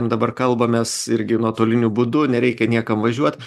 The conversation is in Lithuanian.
dabar kalbamės irgi nuotoliniu būdu nereikia niekam važiuot